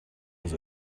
has